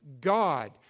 God